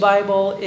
Bible